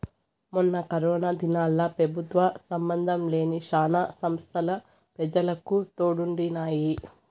మొన్న కరోనా దినాల్ల పెబుత్వ సంబందం లేని శానా సంస్తలు పెజలకు తోడుండినాయి